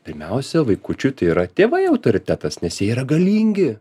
pirmiausia vaikučiui tai yra tėvai autoritetas nes jie yra galingi